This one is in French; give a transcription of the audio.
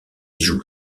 joue